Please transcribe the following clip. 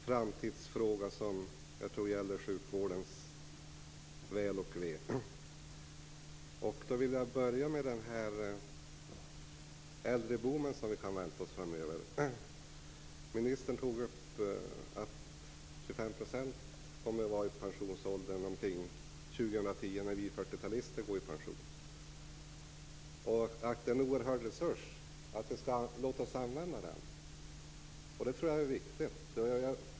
Fru talman! Jag vill också ta upp en framtidsfråga som jag tror gäller sjukvårdens väl och ve. Jag vill börja med att ta upp den äldreboom som vi kan vänta oss framöver. Ministern sade att 25 % kommer att vara pensionärer omkring år 2010 när vi 40-talister går i pension och att det är en resurs som vi skall använda oss av. Det tror jag är viktigt.